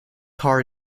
car